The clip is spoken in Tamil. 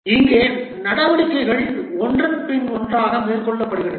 இங்கே நடவடிக்கைகள் ஒன்றன் பின் ஒன்றாக மேற்கொள்ளப்படுகின்றன